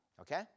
okay